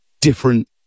different